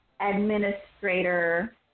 administrator